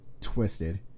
twisted